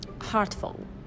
heartful